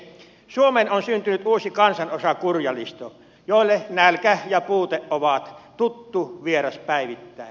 suomeen on syntynyt uusi kansanosa kurjalisto jolle nälkä ja puute ovat tuttu vieras päivittäin